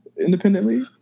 independently